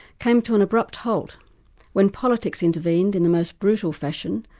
came to an abrupt halt when politics intervened in the most brutal fashion,